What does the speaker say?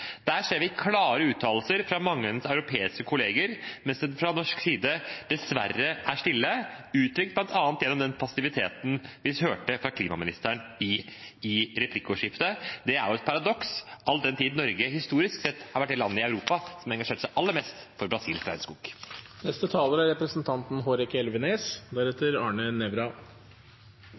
Der ser vi klare uttalelser fra mange av hennes europeiske kolleger, mens det fra norsk side dessverre er stille, uttrykt bl.a. gjennom den passiviteten vi hørte fra klima- og miljøvernministeren i replikkordskiftet. Det er jo et paradoks all den tid Norge historisk sett har vært det landet i Europa som har engasjert seg aller mest for